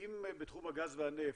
אם בתחום הגז והנפט,